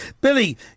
Billy